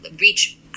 reach